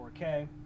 4K